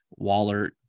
Wallert